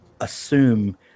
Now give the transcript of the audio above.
assume